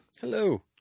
Hello